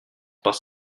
parce